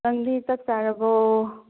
ꯅꯪꯗꯤ ꯆꯥꯛ ꯆꯥꯔꯕꯣ